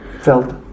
felt